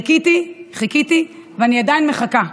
חיכיתי, חיכיתי, ואני עדיין מחכה.